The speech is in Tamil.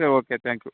சரி ஓகே தேங்க் யூ